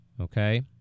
okay